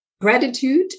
Gratitude